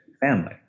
family